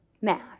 math